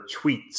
tweets